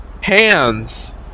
Hands